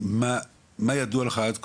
מה ידוע לך עד כה,